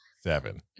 seven